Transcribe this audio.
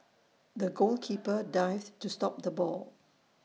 the goalkeeper dived to stop the ball